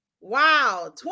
Wow